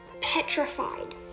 petrified